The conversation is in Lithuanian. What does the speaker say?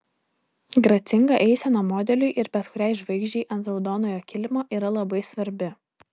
gracinga eisena modeliui ir bet kuriai žvaigždei ant raudonojo kilimo yra labai svarbi